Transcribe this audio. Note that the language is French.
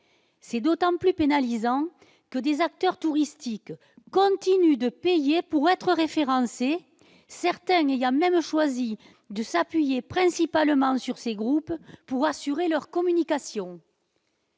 C'est d'autant plus pénalisant que des acteurs touristiques continuent de payer pour être référencés, certains ayant même choisi de s'appuyer principalement sur ces groupes pour assurer leur communication.